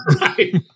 Right